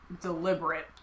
deliberate